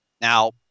Now